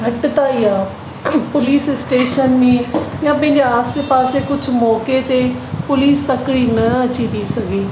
घटिताई आहे हिकु पुलिस स्टेशन में या पंहिंजे आसे पासे कुझु मौक़े ते पुलिस तकिड़ी न अची थी सघे